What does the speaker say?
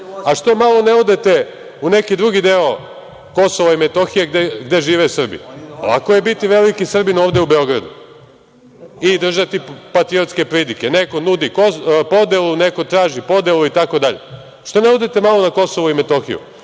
Što malo ne odete u neki drugi deo Kim gde žive Srbi? Lako je biti veliki Srbin ovde u Beogradu i držati patriotske pridike, neko nudi podelu, neko traži podelu itd. Što ne odete malo na KiM?